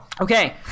Okay